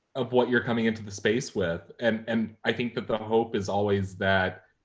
of what you're coming into the space with. and and i think that the hope is always that,